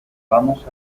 vamos